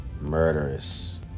murderous